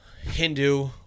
Hindu